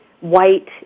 white